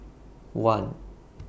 one